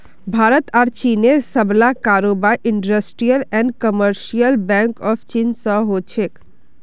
भारत आर चीनेर सबला कारोबार industrial and commercial bank of चीन स हो छेक